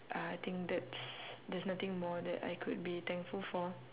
uh I think that's there's nothing more that I could be thankful for